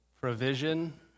Provision